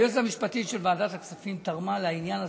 היועצת המשפטית של ועדת הכספים תרומה לעניין הזה,